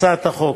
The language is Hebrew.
הצעת החוק.